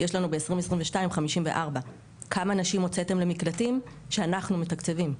יש לנו ב-2022 54. כמה נשים הוצאתם למקלטים שאנחנו מתקצבים?